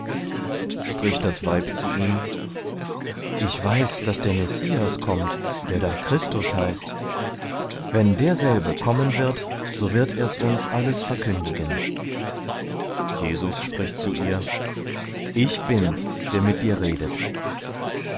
spricht das weib zu ihm ich weiß daß der messias kommt der da christus heißt wenn derselbe kommen wird so wird er's uns alles verkündigen jesus spricht zu ihr ich bin's der mit dir redet